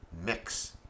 mix